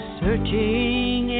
searching